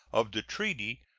of the treaty,